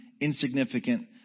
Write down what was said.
insignificant